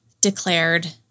declared